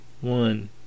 one